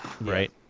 Right